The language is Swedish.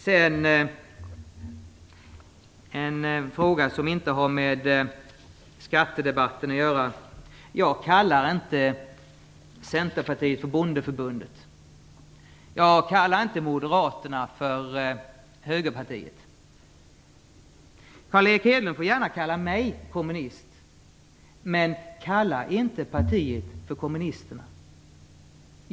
Så till en fråga som inte har med skattedebatten att göra. Jag kallar inte Centerpartiet för Bondeförbundet, och jag kallar inte Moderaterna för Högerpartiet. Carl Erik Hedlund får gärna kalla mig kommunist, men kalla inte partiet för Kommunisterna!